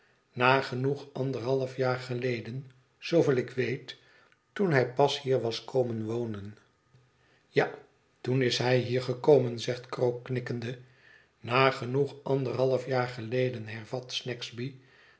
nagenoeg anderhalfjaar geleden zooveel ik weet toen hij pas hier was komen wonen ja toen is hij hier gekomen zegt krook knikkende nagenoeg anderhalfjaar geleden hervat snagsby